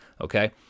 okay